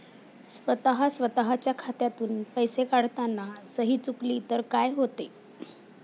स्वतः स्वतःच्या खात्यातून पैसे काढताना सही चुकली तर काय होते?